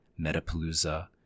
Metapalooza